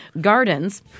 gardens